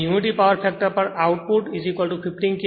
હવે unity power factor પર output 15 KVA